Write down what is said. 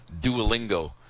Duolingo